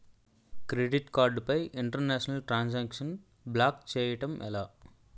Credit card పై international transaction block చేయటం ఎలా?